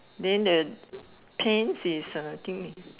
then the pants is uh I think it's